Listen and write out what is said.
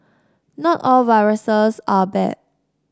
not all viruses are bad